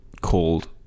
called